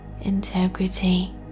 integrity